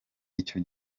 icyo